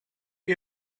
you